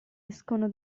escono